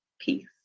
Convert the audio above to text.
Peace